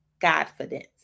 confidence